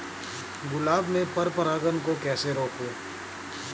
गुलाब में पर परागन को कैसे रोकुं?